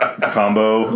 combo